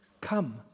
come